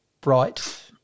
bright